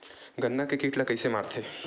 गन्ना के कीट ला कइसे मारथे?